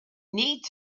need